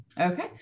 Okay